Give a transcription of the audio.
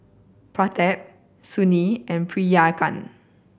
Pratap Sunil and Priyanka